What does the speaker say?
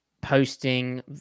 posting